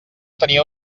tenia